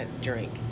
drink